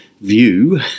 view